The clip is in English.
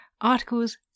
articles